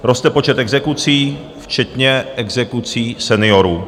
Roste počet exekucí, včetně exekucí seniorů.